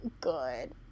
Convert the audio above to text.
good